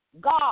God